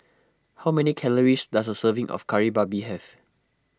how many calories does a serving of Kari Babi have